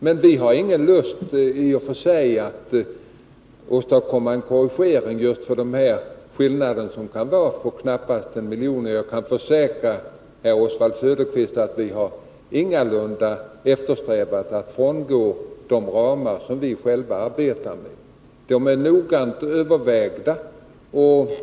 Men vi har i och för sig ingen lust att åstadkomma en korrigering för den skillnad på knappt hundra miljoner som det nu rör sig om. Jag kan försäkra herr Oswald Söderqvist att vi ingalunda har eftersträvat att frångå de ramar vi själva arbetar med. De är noggrant övervägda.